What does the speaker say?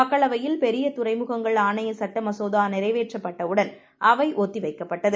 மக்களவையில்பெரியதுறைமுகங்கள்ஆணையசட்டம சோதாநிறைவேற்றப்பட்டவுடன் அவைஓத்திவைக்கப்பட்டது